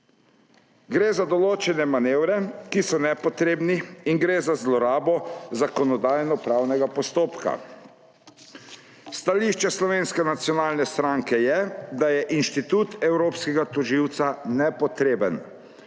Gre za določene manevre, ki so nepotrebni, in gre za zlorabo zakonodajno-pravnega postopka. Stališče Slovenske nacionalne stranke je, da je inštitut evropskega tožilca nepotreben.